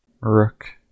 Rook